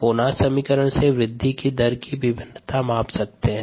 Monod समीकरण से वृद्धि दर की विभिन्नता माप सकते है